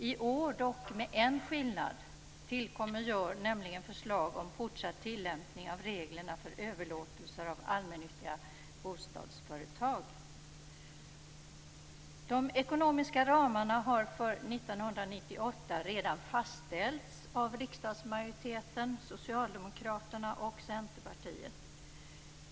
I år är det dock en skillnad. Förslag om fortsatt tilllämpning av reglerna för överlåtelser av allmännyttiga bostadsföretag tillkommer nämligen. De ekonomiska ramarna har redan fastställts för Centerpartiet.